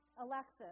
Alexis